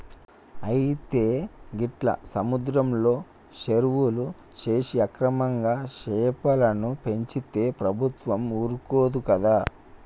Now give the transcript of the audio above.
అయితే గీట్ల సముద్రంలో సెరువులు సేసి అక్రమంగా సెపలను పెంచితే ప్రభుత్వం ఊరుకోదు కదా